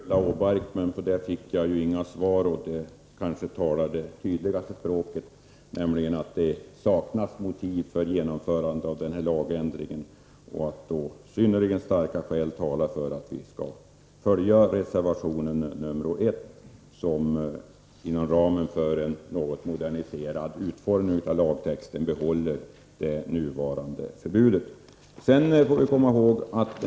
Herr talman! Jag ställde en rad frågor till Ulla-Britt Åbark, men jag fick inga svar, och detta kanske talade det tydligaste språket: det saknas motiv för att genomföra denna lagändring. Därför talar synnerligen starka skäl för att vi följer reservation 1, som, inom ramen för en något moderniserad utformning av lagtexten, behåller det nuvarande förbudet.